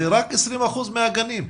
זה רק 20% מהגנים.